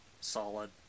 solid